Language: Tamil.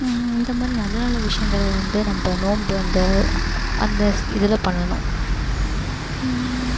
இந்த மாதிரி நல்ல நல்ல விஷயங்களை வந்து நம்ம நோன்பு அந்த அந்த ஸ் இதில் பண்ணணும்